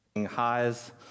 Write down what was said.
highs